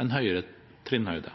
en høyere trinnhøyde.